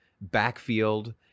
backfield